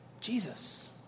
Jesus